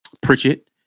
Pritchett